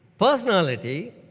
personality